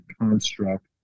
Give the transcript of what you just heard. construct